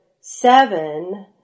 seven